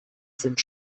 sind